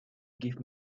give